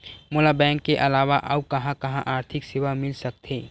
मोला बैंक के अलावा आऊ कहां कहा आर्थिक सेवा मिल सकथे?